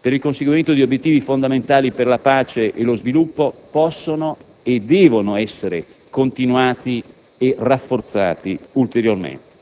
per il conseguimento di obiettivi fondamentali per la pace e lo sviluppo possono e devono essere continuati e rafforzati ulteriormente.